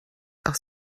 auch